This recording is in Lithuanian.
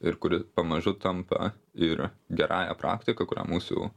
ir kuri pamažu tampa ir gerąja praktika kurią mūsų